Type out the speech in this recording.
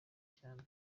cyane